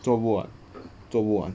做不完做不完